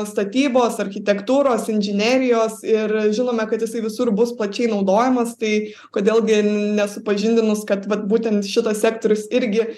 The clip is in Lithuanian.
statybos architektūros inžinerijos ir žinome kad jisai visur bus plačiai naudojamas tai kodėl gi nesupažindinus kad vat būtent šitas sektorius irgi